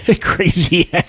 Crazy